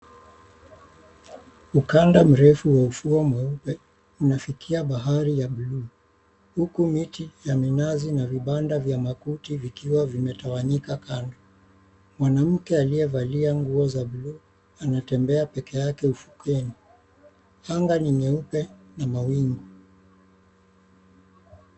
Ukanda mrefu wa ushuo mweupe, unafikia bahari ya buluu. Huku miti ya minazi na vibanda vya makuti vikiwa vimetawanyika kando. Mwanamke aliyevalia nguo za buluu anatembea pekee yake ufukweni. Anga ni nyeupe na mawingu.